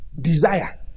desire